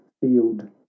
field